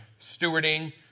stewarding